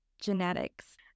genetics